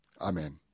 Amen